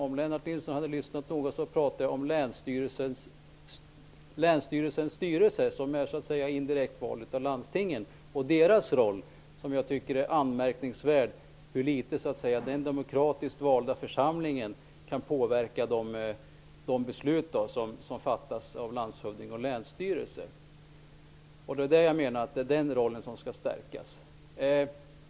Om Lennart Nilsson hade lyssnat noga skulle han ha hört att jag talade om Länsstyrelsens styrelse, som är indirekt vald av landstingen, och dess roll. Jag tycker att det är anmärkningsvärt hur litet denna demokratiskt valda församling kan påverka de beslut som fattas av landshövding och länsstyrelse. Jag menar att dess roll bör stärkas.